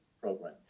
program